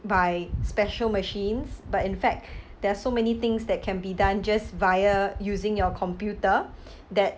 by special machines but in fact there're so many things that can be done just via using your computer that